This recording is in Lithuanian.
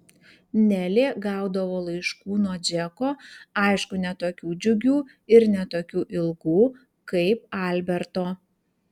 nelė gaudavo laiškų nuo džeko aišku ne tokių džiugių ir ne tokių ilgų kaip alberto